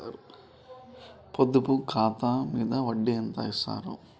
పొదుపు ఖాతా మీద వడ్డీ ఎంతిస్తరు?